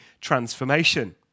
transformation